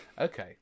okay